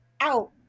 out